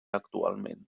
actualment